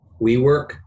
WeWork